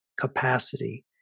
capacity